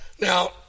Now